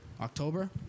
October